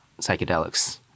psychedelics